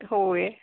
होय